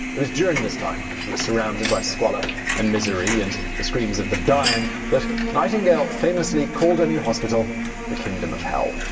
it was during this time, when she was surrounded by squalor and misery, and the screams of the dying, that nightingale famously called her new hospital the kingdom of hell.